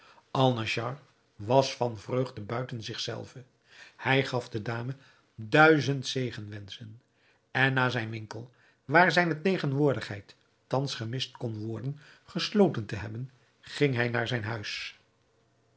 alnaschar was van vreugde buiten zich zelven hij gaf de dame duizend zegenwenschen en na zijn winkel waar zijne tegenwoordigheid thans gemist kon worden gesloten te hebben ging hij naar zijn huis